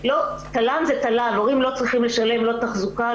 תל"ן זה תל"ן הורים לא צריכים לשלם לא תחזוקה,